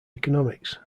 economics